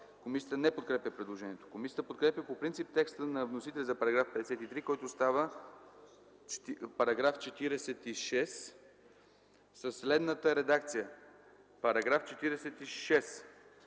Комисията не подкрепя предложението. Комисията подкрепя по принцип текста на вносителя за § 53, който става § 46, със следната редакция: „§ 46.